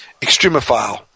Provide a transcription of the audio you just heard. extremophile